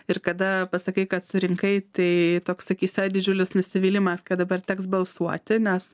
ir kada pasakai kad surinkai tai toks akyse didžiulis nusivylimas kad dabar teks balsuoti nes